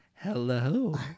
Hello